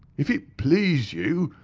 if it please you,